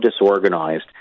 disorganized